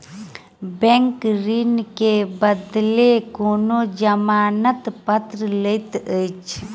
bank ऋण के बदले कोनो जमानत पत्र लैत अछि